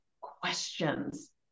questions